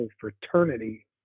fraternity